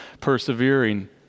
persevering